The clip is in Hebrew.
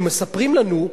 הם מספרים לנו,